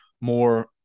more